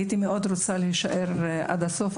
הייתי מאוד רוצה להישאר עד הסוף,